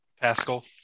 Pascal